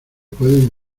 pueden